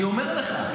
אני אומר לך,